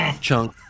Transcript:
Chunk